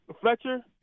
fletcher